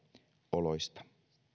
oloista